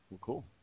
cool